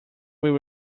will